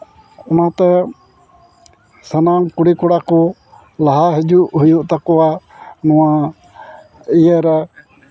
ᱚᱱᱟᱛᱮ ᱥᱟᱱᱟᱢ ᱠᱩᱲᱤᱼᱠᱚᱲᱟ ᱠᱚ ᱞᱟᱦᱟ ᱦᱤᱡᱩᱜ ᱦᱩᱭᱩᱜ ᱛᱟᱠᱚᱣᱟ ᱱᱚᱣᱟ ᱤᱭᱟᱹ ᱨᱮ